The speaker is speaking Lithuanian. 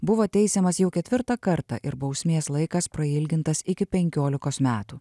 buvo teisiamas jau ketvirtą kartą ir bausmės laikas prailgintas iki penkiolikos metų